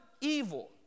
evil